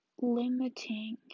limiting